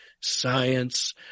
science